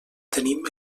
tenim